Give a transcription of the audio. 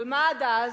אבל מה עד אז?